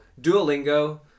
Duolingo